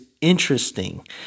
interesting